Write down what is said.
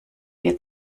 wir